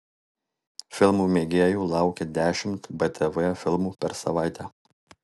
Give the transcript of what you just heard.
filmų mėgėjų laukia dešimt btv filmų per savaitę